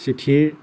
চিঠিৰ